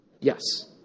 Yes